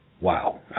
wow